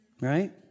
Right